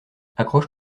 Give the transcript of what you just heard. accroche